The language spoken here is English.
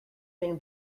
been